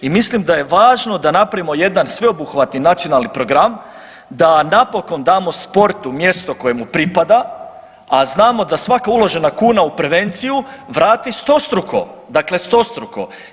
I mislim da je važno da napravimo jedan sveobuhvatni nacionalni program da napokon damo sportu mjesto koje mu pripada, a znamo da svaka uložena kuna u prevenciju vrati stostruko, dakle stostruko.